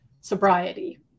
sobriety